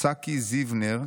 צאקי זיו נר,